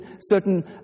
certain